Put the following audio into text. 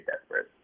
desperate